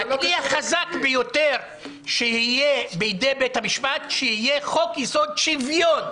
הכלי החזק ביותר שיהיה בידי בית המשפט הוא שיהיה חוק יסוד: שוויון.